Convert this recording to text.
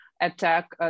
attack